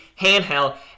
handheld